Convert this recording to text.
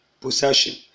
possession